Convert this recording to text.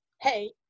hey